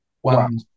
One